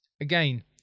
Again